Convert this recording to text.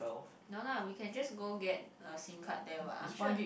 no lah we can just go get a Sim card there what I'm sure